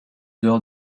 d’or